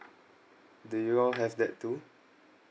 do you all have that too